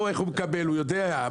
הוא יודע.